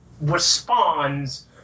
responds